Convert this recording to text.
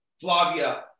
Flavia